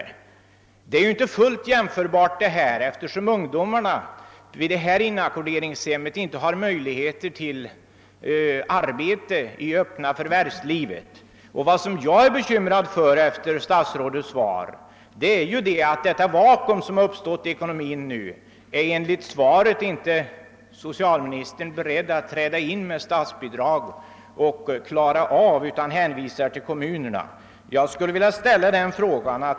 Men det går ju inte att göra någon direkt jämförelse härvidlag, eftersom ungdomarna på dessa inackorderingshem inte har möjligheter till arbete i öppna förvärvslivet. Och vad jag är bekymrad för efter statsrådets svar är att det vakuum som uppstått i ekonomin är socialministern inte beredd att fylla ut genom statsbidrag; han hänvisar i stället till kommunerna.